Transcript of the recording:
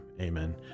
Amen